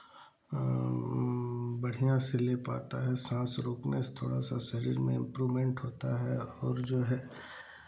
बढ़ियाँ से ले पाता है साँस रोकने से थोड़ा सा शरीर में इम्प्रूवमेंट होता है और जो है